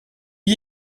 est